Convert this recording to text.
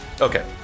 Okay